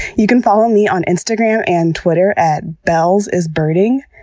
you can follow me on instagram and twitter at bellzisbirding.